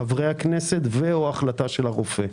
חברי הכנסת ו/ או החלטה של הרופא.